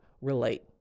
relate